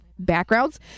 Backgrounds